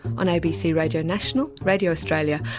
on abc radio national, radio australia,